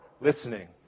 listening